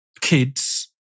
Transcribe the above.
kids